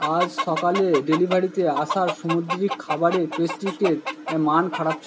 আজ সকালে ডেলিভারিতে আসা সামুদ্রিক খাবারে পেস্ট্রি কেক মান খারাপ ছি